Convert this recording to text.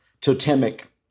totemic